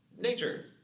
nature